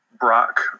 brock